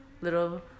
little